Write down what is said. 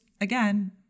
again